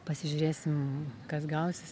pasižiūrėsim kas gausis